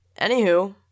Anywho